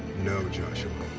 no joshua.